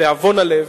לדאבון הלב,